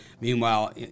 Meanwhile